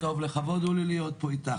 בוקר טוב, לכבוד הוא לי להיות פה איתך.